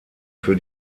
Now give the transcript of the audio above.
für